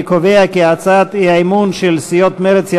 אני קובע כי הצעת האי-אמון של סיעות מרצ,